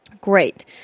Great